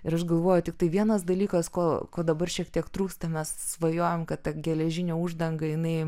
ir aš galvoju tiktai vienas dalykas ko ko dabar šiek tiek trūksta mes svajojam kad ta geležinė uždanga jinai